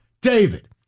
David